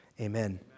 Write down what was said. Amen